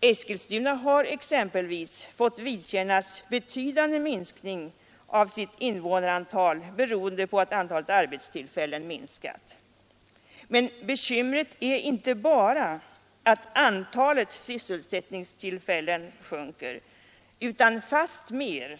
Eskilstuna har exempelvis fått vidkännas betydande minskning av sitt invånarantal beroende på att antalet arbetstillfällen minskat. Men bekymret är inte bara att antalet sysselsättningstillfällen sjunker utan fastmer